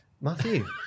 Matthew